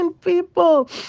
people